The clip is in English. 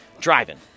driving